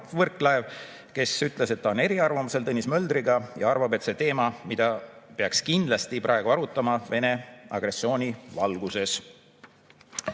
Võrklaev, kes ütles, et ta on eriarvamusel Tõnis Möldriga ja arvab, et see on teema, mida peaks kindlasti praegu Vene agressiooni valguses